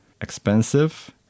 expensive